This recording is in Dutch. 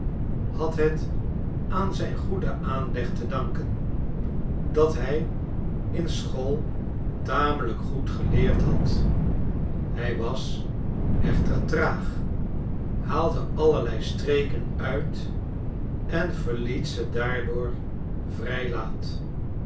had het aan zijn goeden aanleg te danken dat hij in school tamelijk goed geleerd had hij was echter traag haalde allerlei streken uit en verliet ze daardoor vrij laat